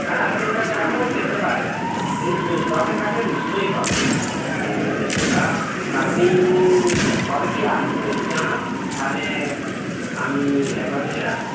হ্যাঁ আপনি ওটা চাইলেও পেতে পারেন কিন্তু স্টকে থাকলে নিশ্চই পাবেন ওটা আপনি কবে কী আসছেন একটু জানান থালে আমি একবার দেখে রাখবো